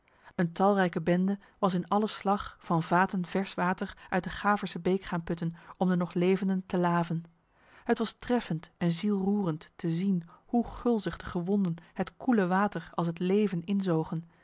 een talrijke bende was in alle slag van vaten vers water uit de gaverse beek gaan putten om de nog levenden te laven het was treffend en zielroerend te zien hoe gulzig de gewonden het koele water als het leven inzogen